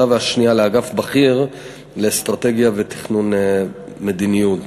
והאחרת לאגף בכיר לאסטרטגיה ולתכנון מדיניות.